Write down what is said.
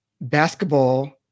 basketball